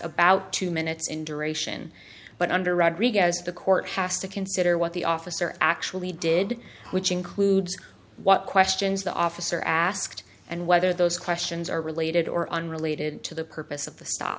about two minutes in duration but under rodriguez the court has to consider what the officer actually did which includes what questions the officer asked and whether those questions are related or unrelated to the purpose of the st